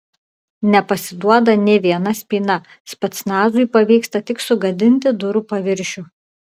nepasiduoda nė viena spyna specnazui pavyksta tik sugadinti durų paviršių